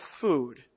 food